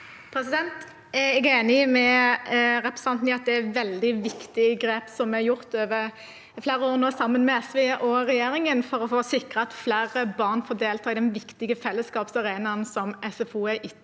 Jeg er enig med representanten i at det er et veldig viktig grep som er gjort over flere år av SV og regjeringen sammen, for å sikre at flere barn får delta i den viktige fellesskapsarenaen som SFO er etter